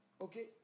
okay